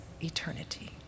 eternity